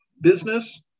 business